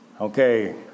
Okay